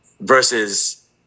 Versus